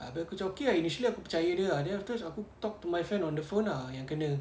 abeh aku macam okay ah initially aku percaya dia ah then afterwards aku talk to my friend on the phone ah yang kena